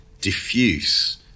diffuse